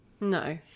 No